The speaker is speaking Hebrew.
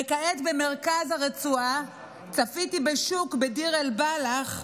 וכעת במרכז הרצועה צפיתי בשוק בדיר אל-בלח,